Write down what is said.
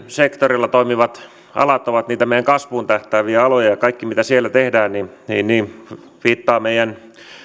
sektorilla toimivat alat ovat niitä meidän kasvuun tähtääviä aloja ja kaikki mitä siellä tehdään viittaa meidän